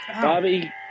Bobby